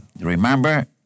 Remember